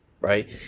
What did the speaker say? right